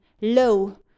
lo